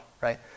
right